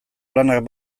lanak